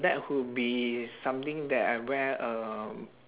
that would be something that I wear um